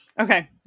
okay